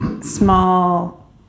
small